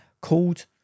called